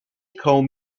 comb